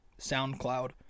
SoundCloud